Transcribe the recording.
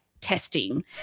testing